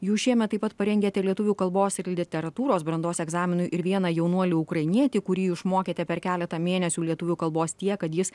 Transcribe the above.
jūs šiemet taip pat parengėte lietuvių kalbos ir literatūros brandos egzaminui ir vieną jaunuolį ukrainietį kurį išmokėte per keletą mėnesių lietuvių kalbos tiek kad jis